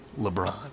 LeBron